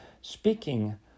speaking